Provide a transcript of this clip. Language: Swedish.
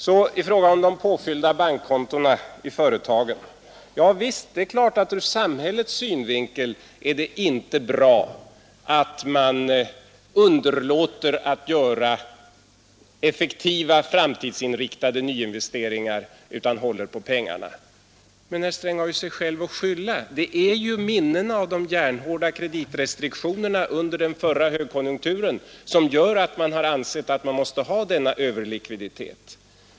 När det gäller företagens påfyllda bankkonton är det naturligtvis ur samhällets synvinkel inte bra att man underlåter att göra effektiva framtidsinriktade nyinvesteringar utan håller på pengarna. Men herr Sträng har ju sig jälv att skylla. Det är minnena av de järnhårda kreditrestriktionerna under den förra högkonjunkturen som gör att man anser sig behöva denna överlikviditet.